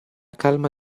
calma